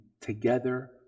together